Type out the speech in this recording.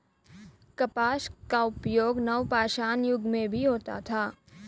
कपास का उपयोग नवपाषाण युग में भी होता था